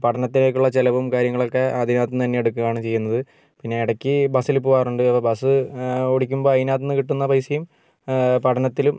പഠനത്തിലേക്കുള്ള ചിലവും കാര്യങ്ങളൊക്കെ അതിനകത്തു നിന്ന് തന്നെ എടുക്കുകയാണ് ചെയ്യുന്നത് പിന്നെ ഇടയ്ക്ക് ബസ്സിൽ പോകാറുണ്ട് അപ്പോൾ ബസ് ഓടിക്കുമ്പം അതിനകത്തുനിന്ന് കിട്ടുന്ന പൈസയും പഠനത്തിലും